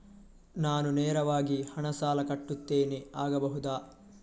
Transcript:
ನಾನು ನೇರವಾಗಿ ಹಣ ಸಾಲ ಕಟ್ಟುತ್ತೇನೆ ಆಗಬಹುದ?